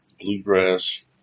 Bluegrass